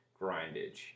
grindage